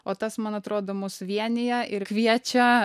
o tas man atrodo mus vienija ir kviečia